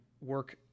work